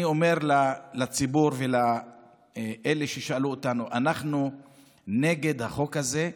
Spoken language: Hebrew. אני אומר לציבור ולאלה ששאלו אותנו: אנחנו נגד החוק הזה,